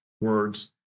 words